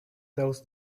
tells